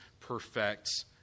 perfects